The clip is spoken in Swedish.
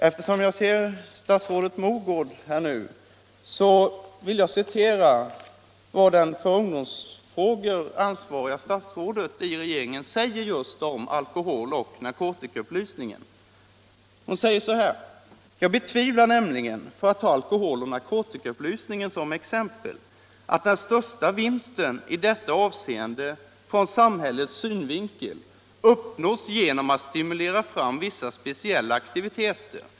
Eftersom jag ser statsrådet Mogård i kammaren vill jag citera vad det för ungdomsfrågor ansvariga statsrådet säger just om alkoholoch narkotikaupplysningen: ”Jag betvivlar nämligen — för att ta alkoholoch narkotikaupplysningen som exempel — att den största vinsten i detta avseende från samhällets synvinkel uppnås genom att stimulera fram vissa speciella aktiviteter.